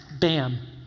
bam